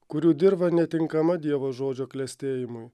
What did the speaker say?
kurių dirva netinkama dievo žodžio klestėjimui